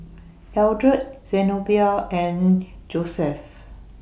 Eldred Zenobia and Joeseph